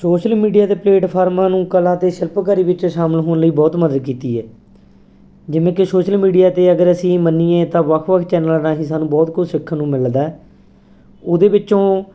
social media 'ਤੇ ਪਲੇਟਫਾਰਮਾਂ ਨੂੰ ਕਲਾ ਤੇ ਸ਼ਿਲਪਕਾਰੀ ਵਿੱਚ ਸ਼ਾਮਿਲ ਹੋਣ ਲਈ ਬਹੁਤ ਮਦਦ ਕੀਤੀ ਹੈ ਜਿਵੇਂ ਕਿ ਸੋਸ਼ਲ ਮੀਡੀਆ ਤੇ ਅਗਰ ਅਸੀਂ ਮੰਨੀਏ ਤਾਂ ਵੱਖ ਵੱਖ ਚੈਨਲਾਂ ਰਾਹੀਂ ਸਾਨੂੰ ਬਹੁਤ ਕੁਝ ਸਿੱਖਣ ਨੂੰ ਮਿਲਦਾ ਉਹਦੇ ਵਿੱਚੋਂ